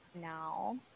now